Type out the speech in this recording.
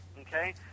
okay